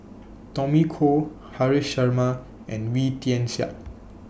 Tommy Koh Haresh Sharma and Wee Tian Siak